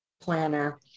planner